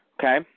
Okay